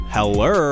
Hello